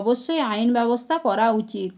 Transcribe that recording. অবশ্যই আইন ব্যবস্থা করা উচিত